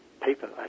paper